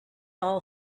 all